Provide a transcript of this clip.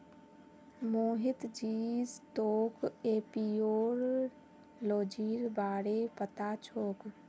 मोहित जी तोक एपियोलॉजीर बारे पता छोक